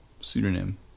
Pseudonym